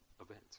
event